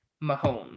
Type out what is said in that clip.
Mahone